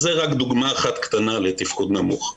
אז זאת רק דוגמה אחת קטנה לתפקוד נמוך.